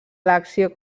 elecció